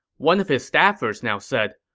one of his staffers now said,